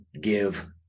give